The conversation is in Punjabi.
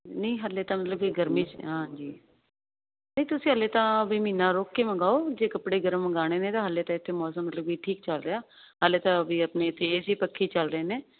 ਨਹੀਂ ਹਾਲੇ ਤਾਂ ਮਤਲਬ ਕਿ ਗਰਮੀ ਤੁਸੀਂ ਹਲੇ ਤਾਂ ਵੀ ਮਹੀਨਾ ਰੁਕ ਕੇ ਮੰਗਾਓ ਜੇ ਕੱਪੜੇ ਗਰਮ ਮੰਗਾਣੇ ਨੇ ਤਾਂ ਹਾਲੇ ਤਾਂ ਇੱਥੇ ਮੌਸਮ ਮਤਲਬ ਵੀ ਠੀਕ ਚੱਲ ਰਿਹਾ ਹਾਲੇ ਤਾਂ ਵੀ ਆਪਣੇ ਤੇਜ ਹੀ ਪੱਖੀ ਚੱਲ ਰਹੇ ਨੇ ਬਾਕੀ